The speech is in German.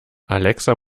alexa